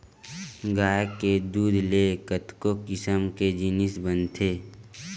गाय के दूद ले कतको किसम के जिनिस बनथे